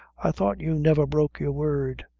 i thought you never broke your word,